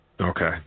Okay